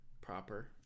proper